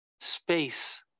space